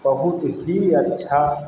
बहुत ही अच्छा